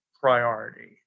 priority